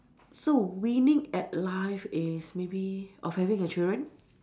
so winning at life is maybe of having a children